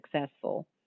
successful